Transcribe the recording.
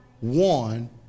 one